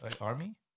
Army